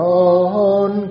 own